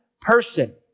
person